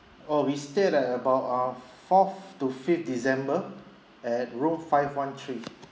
oh we stayed at about uh fourth to fifth december at room five one three